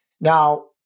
Now